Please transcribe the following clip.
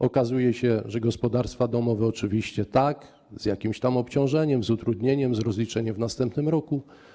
Okazuje się, że dla gospodarstw domowych oczywiście tak, z jakimiś tam obciążeniami, z utrudnieniami, z rozliczeniem w następnym roku.